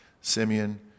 Simeon